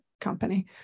company